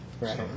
Right